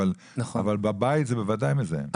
אבל בבית זה וודאי מזהם.